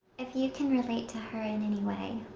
if you can relate to her, in any way,